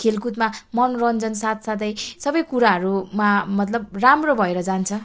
खेलकुदमा मनोरञ्जन साथसाथै सबै कुराहरूमा मतलब राम्रो भएर जान्छ